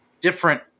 different